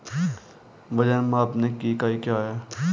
वजन मापने की इकाई क्या है?